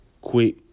quick